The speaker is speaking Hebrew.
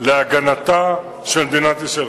להגנתה של מדינת ישראל.